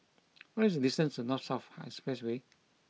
what is the distance to North South Expressway